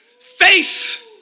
face